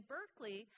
Berkeley